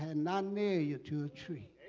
and not near you to a tree.